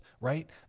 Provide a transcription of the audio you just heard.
right